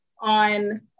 on